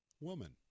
woman